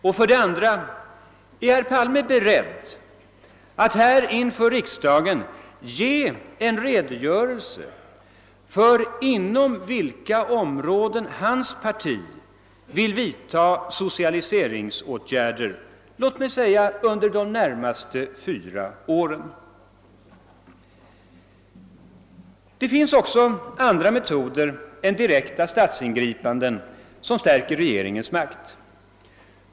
2) är herr Palme beredd att här inför riksdagen lämna en redogörelse för inom vilka områden hans parti vill vidta socialiseringsåtgärder, låt mig säga under de närmaste fyra åren? Det finns också andra metoder än direkta statsingripanden som stärker regeringens makt.